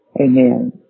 Amen